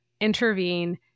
intervene